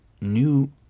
new